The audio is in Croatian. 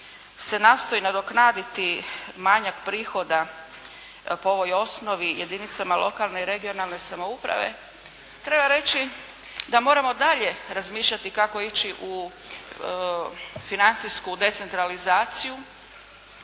se nastoji nadoknaditi manjak prihoda po ovoj osnovi jedinicama lokalne i regionalne samouprave treba reći da moramo dalje razmišljati kako ići u financijsku decentralizaciju